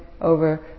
over